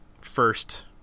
first